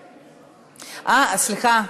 סליחה.